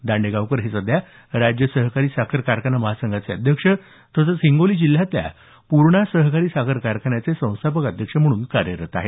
दांडेगावकर हे सध्या राज्य सहकारी साखर कारखाना महासंघाचे अध्यक्ष तसंच हिंगोली जिल्ह्यातल्या पूर्णा सहकारी साखर कारखान्याचे संस्थापक अध्यक्ष म्हणून कार्यरत आहेत